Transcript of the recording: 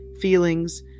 feelings